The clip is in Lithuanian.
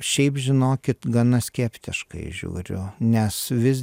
šiaip žinokit gana skeptiškai žiūriu nes vis